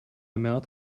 mouth